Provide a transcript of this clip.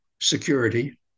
security